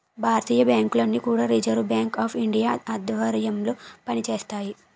భారతీయ బ్యాంకులన్నీ కూడా reserve bank of India ఆధ్వర్యంలో పనిచేస్తాయి